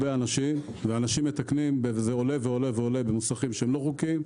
אנשים מתקנים יותר ויותר במוסכים שהם לא חוקיים.